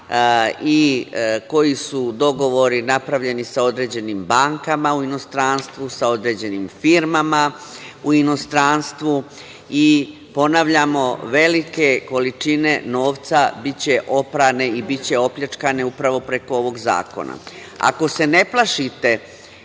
i koji su dogovori napravljeni sa određenim bankama u inostranstvu, sa određenim firmama u inostranstvu. Ponavljamo, velike količine novca biće oprane i biće opljačkane upravo preko ovog zakona. Ako se ne plašite,